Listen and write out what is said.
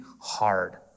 hard